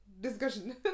discussion